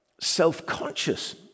self-conscious